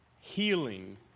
healing